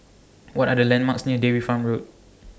What Are The landmarks near Dairy Farm Road